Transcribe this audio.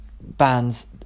bands